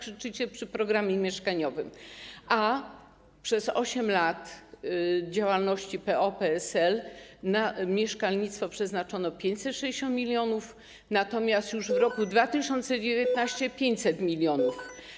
krzyczycie państwo przy programie mieszkaniowym, a przez 8 lat działalności PO-PSL na mieszkalnictwo przeznaczono 560 mln, natomiast już w roku 2019 500 mln.